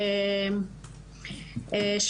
בנוסף,